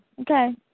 Okay